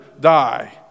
die